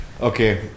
Okay